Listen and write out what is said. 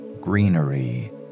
greenery